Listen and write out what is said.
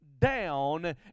down